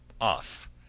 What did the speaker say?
off